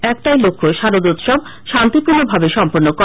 একটাই লক্ষ্য শারদ উৎসব শান্তিপূর্ণভাবে সম্পন্ন করা